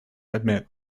admit